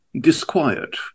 disquiet